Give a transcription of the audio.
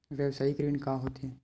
व्यवसायिक ऋण का होथे?